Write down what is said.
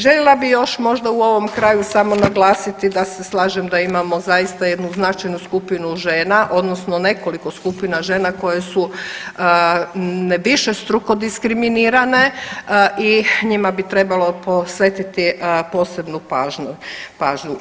Željela bih još možda u ovom kraju samo naglasiti da se slažem da imamo zaista jednu značajnu skupinu žena odnosno nekoliko skupina žena koje su višestruko diskriminirane i njima bi trebalo posvetiti posebnu pažnju.